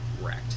Wrecked